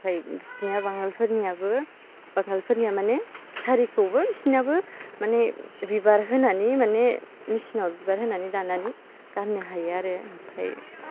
ओमफ्राय बिसोरनिया बांगालफोरनियाबो बांगालफोरनिया माने सारिखौबो बिसोरनियाबो माने बिबार होनानै माने मेचिनाव बिबार होनानै दानानै गाननो हायो आरो ओमफ्राय